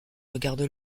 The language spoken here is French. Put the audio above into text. regarde